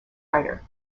writer